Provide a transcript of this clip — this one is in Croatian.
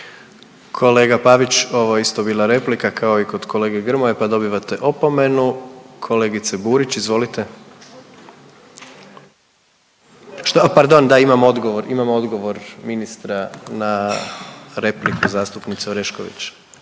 Kolega Pavić, ovo je isto bila replika kao i kod kolege Grmoje pa dobivate opomenu. Kolegice Burić, izvolite. Što? A pardon, da, imamo odgovor. Imamo odgovor ministra na repliku zastupnice Orešković.